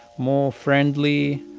more friendly,